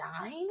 nine